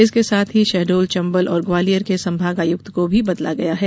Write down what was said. इसके साथ ही शहडोल चंबल और ग्वालियर के संभाग आयुक्त को भी बदला गया है